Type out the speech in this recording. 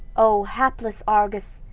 o hapless argus!